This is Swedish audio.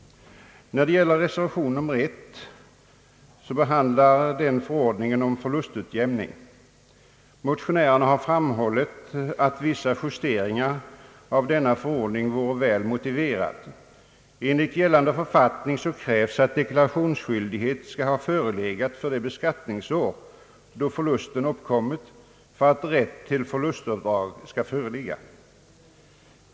Reservationen I behandlar ändringar i förordningen om förlustutjämning. Motionärerna har framhållit att vissa justeringar av denna förordning är väl motiverade, Enligt gällande författning krävs att deklarationsskyldighet skall ha förelegat för det beskattningsår då förlusten uppkommit för att rätt till förlustavdrag skall föreligga.